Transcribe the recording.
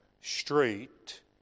straight